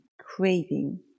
craving